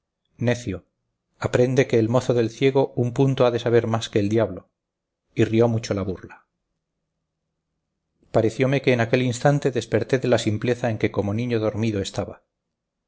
necio aprende que el mozo del ciego un punto ha de saber más que el diablo y rió mucho la burla parecióme que en aquel instante desperté de la simpleza en que como niño dormido estaba